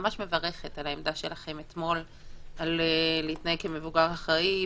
שאני ממש מברכת על העמדה שלכם אתמול להתנהג כמבוגר אחראי,